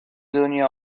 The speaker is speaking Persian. دنیا